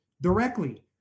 directly